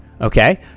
Okay